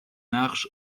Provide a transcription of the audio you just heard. نقش